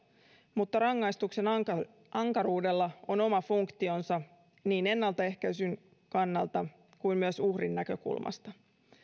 mutta rangaistuksen ankaruudella ankaruudella on oma funktionsa niin ennaltaehkäisyn kannalta kuin myös uhrin näkökulmasta